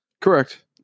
Correct